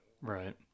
Right